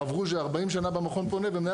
הרב רוז'ה ארבעים שנה במכון פונה ומנהל